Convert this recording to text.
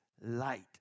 light